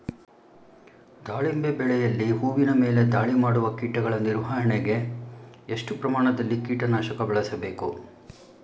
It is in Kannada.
ದಾಳಿಂಬೆ ಬೆಳೆಯಲ್ಲಿ ಹೂವಿನ ಮೇಲೆ ದಾಳಿ ಮಾಡುವ ಕೀಟಗಳ ನಿರ್ವಹಣೆಗೆ, ಎಷ್ಟು ಪ್ರಮಾಣದಲ್ಲಿ ಕೀಟ ನಾಶಕ ಬಳಸಬೇಕು?